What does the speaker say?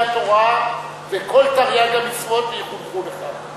התורה וכל תרי"ג המצוות ויחונכו לכך.